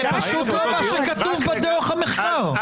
זה פשוט לא מה שכתוב בדוח המחקר,